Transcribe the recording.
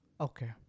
Okay